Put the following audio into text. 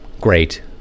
Great